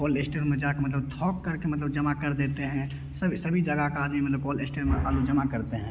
call store में जाके मतलब थोक करके मतलब जमा कर देते हैं सब सभी जगह का आदमी मतलब कॉल इश्टोर में आलू जमा करते हैं